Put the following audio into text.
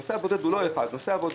הנוסע הבודד הוא לא אחד, זה כל